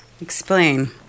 explain